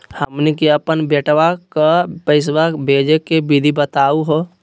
हमनी के अपन बेटवा क पैसवा भेजै के विधि बताहु हो?